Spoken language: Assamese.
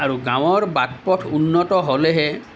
আৰু গাঁৱৰ বাট পথ উন্নত হ'লেহে